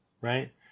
right